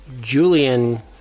Julian